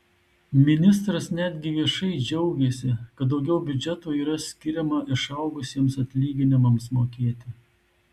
ministras netgi viešai džiaugėsi kad daugiau biudžeto yra skiriama išaugusiems atlyginimams mokėti